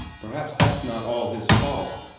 perhaps that's not all his fault,